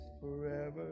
forever